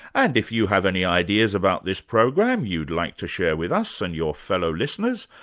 and if you have any ideas about this program you'd like to share with us and your fellow listeners,